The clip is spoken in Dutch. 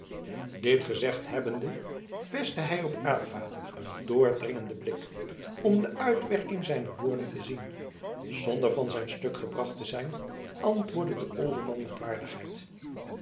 dit gezegd hebbende vestte hij op aylva een doordringenden blik om de uitwerking zijner woorden te zien zonder van zijn stuk gebracht te zijn antwoordde de olderman met waardigheid